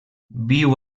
viu